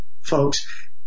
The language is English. folks